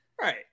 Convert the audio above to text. Right